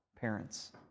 parents